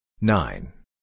Nine